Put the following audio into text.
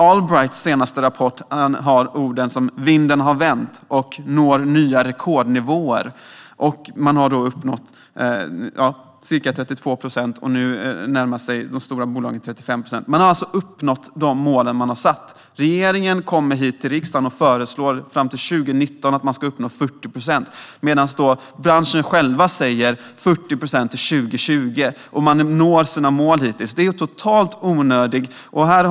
Allbrights senaste rapport använder ord som "vinden har vänt" och "når nya rekordnivåer". Man har uppnått ca 32 procent, och de stora bolagen närmar sig nu 35 procent. Man har alltså nått de mål man har satt upp. Regeringen kommer hit till riksdagen och föreslår att man fram till 2019 ska uppnå 40 procent medan branschen själv säger 40 procent till 2020. Hittills når man sina mål, så lagstiftning är totalt onödig.